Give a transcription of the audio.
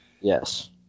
Yes